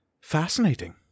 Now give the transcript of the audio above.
fascinating